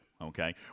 Okay